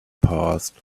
passed